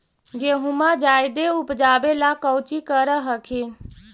गेहुमा जायदे उपजाबे ला कौची कर हखिन?